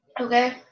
okay